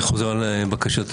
אני חוזר על בקשתי,